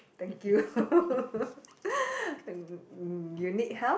thank you mm you need help